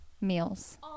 Meals